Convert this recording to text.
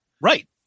right